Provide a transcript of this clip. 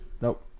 Nope